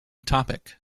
topic